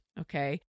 okay